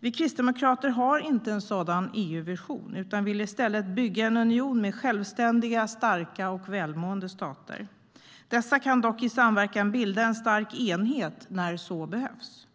Vi kristdemokrater har inte en sådan EU-vision utan vill i stället bygga en union med självständiga, starka och välmående stater. Dessa kan dock i samverkan bilda en stark enhet när så behövs.